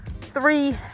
three